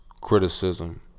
criticism